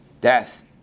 death